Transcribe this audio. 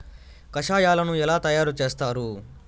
కషాయాలను ఎలా తయారు చేస్తారు?